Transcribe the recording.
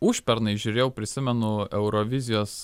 užpernai žiūrėjau prisimenu eurovizijos